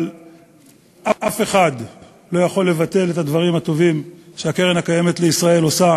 אבל אף אחד לא יכול לבטל את הדברים הטובים שהקרן הקיימת לישראל עושה